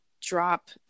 drop